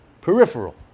peripheral